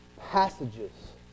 passages